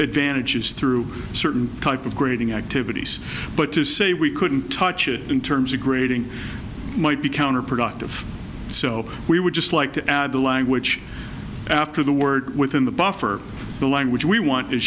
advantages through certain type of grading activities but to say we couldn't touch it in terms of grading might be counterproductive so we would just like to add the language after the word within the buffer the language we want i